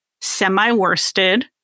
semi-worsted